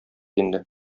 инде